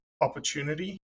opportunity